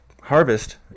harvest